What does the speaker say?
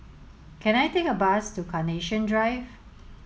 can I take a bus to Carnation Drive